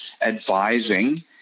advising